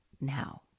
now